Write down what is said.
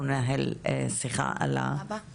אני רוצה לתת